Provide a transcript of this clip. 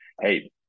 hey